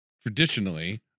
traditionally